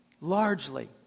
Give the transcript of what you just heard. largely